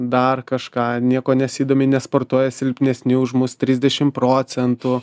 dar kažką niekuo nesidomi nesportuoja silpnesni už mus trisdešimt procentų